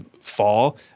fall